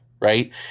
right